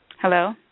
Hello